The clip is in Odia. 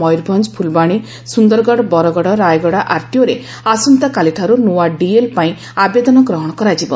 ମୟୂରଭଞ୍ଞ ଫୁଲବାଣୀ ସୁନ୍ଦରଗଡ଼ ବରଗଡ଼ ରାୟଗଡ଼ା ଆର୍ଟିଓରେ ଆସନ୍ତାକାଲିଠାରୁ ନୂଆ ଡିଏଲ୍ ପାଇଁ ଆବେଦନ ଗ୍ରହଣ କରାଯିବ